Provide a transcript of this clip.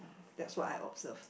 that's what I observe